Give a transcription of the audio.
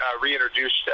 reintroduced